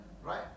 right